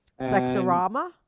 Sexorama